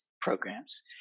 programs